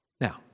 Now